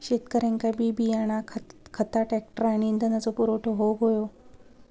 शेतकऱ्यांका बी बियाणा खता ट्रॅक्टर आणि इंधनाचो पुरवठा होऊक हवो